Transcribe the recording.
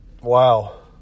wow